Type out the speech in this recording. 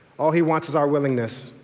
all he wants is our willingness.